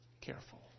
careful